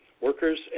workers